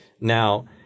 Now